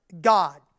God